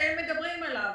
שאתם מדברים עליו.